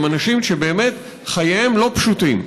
הם אנשים שבאמת חייהם לא פשוטים,